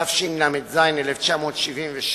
התשל"ז 1977,